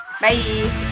bye